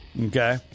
Okay